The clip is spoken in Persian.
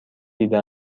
دیده